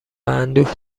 اندوه